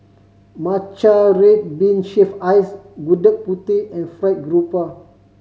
matcha red bean shaved ice Gudeg Putih and fried grouper